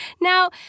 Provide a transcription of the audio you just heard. Now